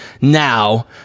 now